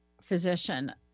physician